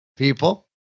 people